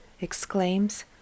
exclaims